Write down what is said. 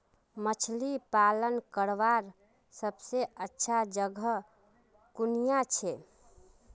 मछली पालन करवार सबसे अच्छा जगह कुनियाँ छे?